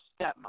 stepmom